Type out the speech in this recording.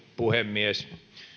puhemies